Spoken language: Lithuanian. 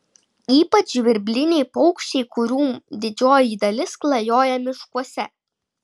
ypač žvirbliniai paukščiai kurių didžioji dalis klajoja miškuose